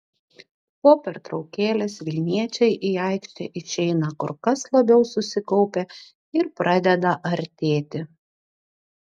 po pertraukėlės vilniečiai į aikštę išeina kur kas labiau susikaupę ir pradeda artėti